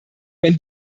wenn